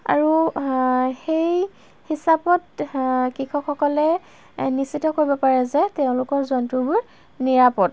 আৰু সেই হিচাপত কৃষকসকলে নিশ্চিত কৰিব পাৰে যে তেওঁলোকৰ জন্তুবোৰ নিৰাপদ